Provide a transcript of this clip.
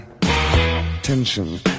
Tension